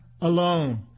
alone